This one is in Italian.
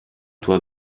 tua